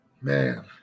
Man